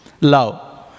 Love